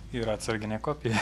yra atsarginė kopija